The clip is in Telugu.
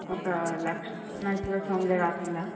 ఒక లక్ష్మీనరసింహస్వామిదే కాకుండా